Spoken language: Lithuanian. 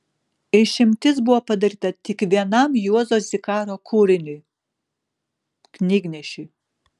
išimtis buvo padaryta tik vienam juozo zikaro kūriniui knygnešiui